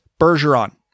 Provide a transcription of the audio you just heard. Bergeron